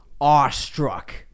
awestruck